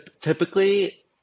Typically